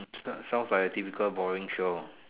sounds like a typical boring show